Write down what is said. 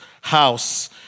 house